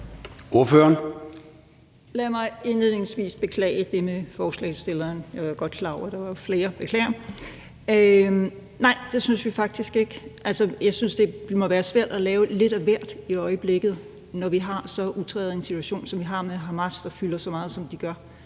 Lad mig indledningsvis beklage det med forslagsstillerne. Jeg er klar over, at der er flere, beklager. Nej, det synes vi faktisk ikke. Altså, jeg synes, det må være svært at lave lidt af hvert i øjeblikket, når vi har så outreret en situation, som vi har, med Hamas, der fylder så meget, som de gør.